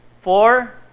Four